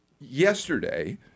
yesterday